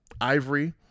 Ivory